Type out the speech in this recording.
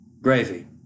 Gravy